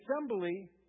assembly